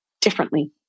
differently